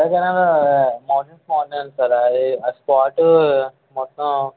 ఎలాగైనా మార్నింగ్స్ మాట్లాడండి సార్ అది ఆ స్పాట్టు మొత్తం